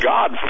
God